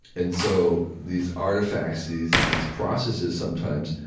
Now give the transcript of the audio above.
and so these artifacts, these these processes sometimes,